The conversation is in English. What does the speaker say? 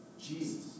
Jesus